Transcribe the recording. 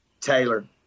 Taylor